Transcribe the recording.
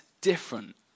different